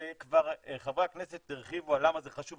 כבר חברי הכנסת הרחיבו על למה זה חשוב,